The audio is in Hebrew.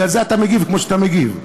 בגלל זה אתה מגיב כמו שאתה מגיב.